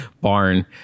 barn